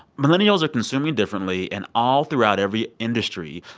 millennials are consuming differently and all throughout every industry.